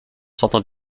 s’entend